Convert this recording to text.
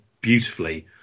beautifully